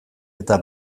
eta